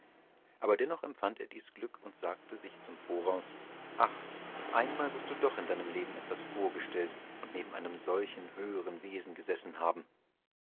aber dennoch empfand er dies glück und sagte sich zum voraus ach einmal wirst du doch in deinem leben etwas vorgestellt und neben einem solchen höheren wesen gesessen haben